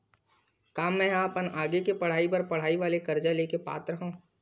का मेंहा अपन आगे के पढई बर पढई वाले कर्जा ले के पात्र हव?